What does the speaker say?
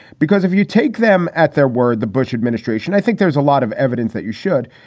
because if you take them at their word, the bush administration, i think there's a lot of evidence that you should.